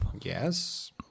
Yes